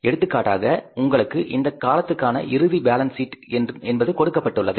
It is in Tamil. எடுத்துக்காட்டாக உங்களுக்கு இந்த காலத்துக்கான இறுதி பேலன்ஸ் சீட் என்பது கொடுக்கப்பட்டுள்ளது